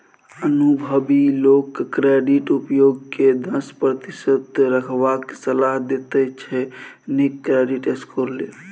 अनुभबी लोक क्रेडिट उपयोग केँ दस प्रतिशत रखबाक सलाह देते छै नीक क्रेडिट स्कोर लेल